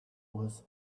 was